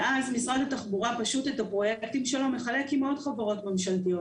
מאז משרד התחבורה פשוט מחלק את הפרויקטים שלו עם עוד חברות ממשלתיות.